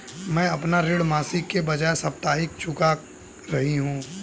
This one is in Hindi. मैं अपना ऋण मासिक के बजाय साप्ताहिक चुका रही हूँ